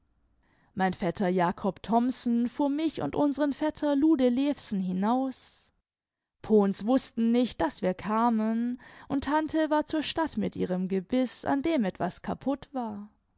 mein vetter jakob thomsen fuhr mich und unseren vetter lude levsen hinaus pohns wußten nicht daß wir kamen und tante war zur stadt mit ihrem gebiß an dem etwas kaput war